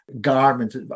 garments